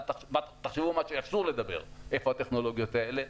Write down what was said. אז תחשבו על מה שאסור לדבר ואיפה הטכנולוגיות האלה.